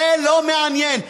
זה לא מעניין.